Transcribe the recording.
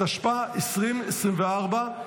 התשפ"ה 2024,